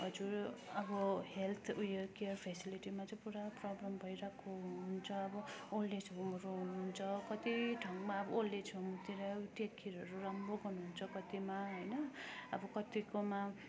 हजुर अब हेल्थ उयो केयर फेसिलिटीमा चाहिँ पुरा प्रब्लम भइरहेको हुन्छ अब ओल्ड एज होमहरू हुनुहुन्छ कति ठाउँमा अब ओल्ड एज होमतिर टेक केयरहरू राम्रो गर्नुहुन्छ कत्तिमा होइन अब कत्तिकोमा